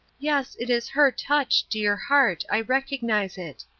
yes, it is her touch, dear heart, i recognize it.